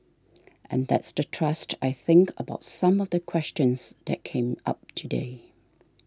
and that's the thrust I think about some of the questions that came up today